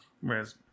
whereas